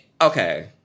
Okay